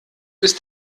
ist